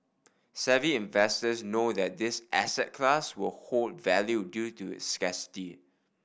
savvy investors know that this asset class will hold value due to its scarcity